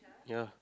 ya